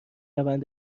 روند